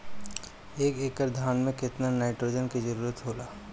एक एकड़ धान मे केतना नाइट्रोजन के जरूरी होला?